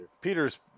Peter's